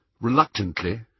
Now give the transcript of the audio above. Reluctantly